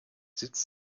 sitz